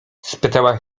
spytała